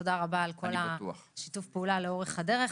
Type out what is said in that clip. תודה רבה על כל שיתוף הפעולה לאורך הדרך,